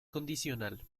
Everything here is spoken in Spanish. condicional